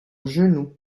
genou